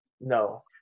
No